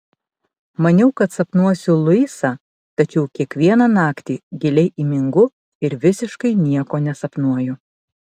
maniau kad sapnuosiu luisą tačiau kiekvieną naktį giliai įmingu ir visiškai nieko nesapnuoju